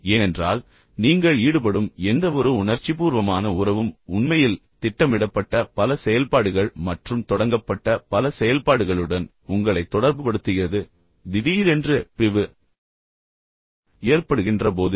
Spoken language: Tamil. ஏனென்றால் நீங்கள் ஈடுபடும் எந்தவொரு உணர்ச்சிபூர்வமான உறவும் உண்மையில் திட்டமிடப்பட்ட பல செயல்பாடுகள் மற்றும் தொடங்கப்பட்ட பல செயல்பாடுகளுடன் உங்களை தொடர்புபடுத்துகிறது திடீரென்று பிரிவு ஏற்படுகின்ற போது